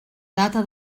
data